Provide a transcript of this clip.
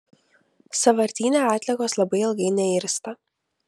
sąvartyne atliekos labai ilgai neirsta